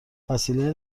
وسیله